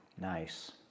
Nice